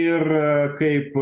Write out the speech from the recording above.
ir kaip